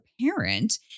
parent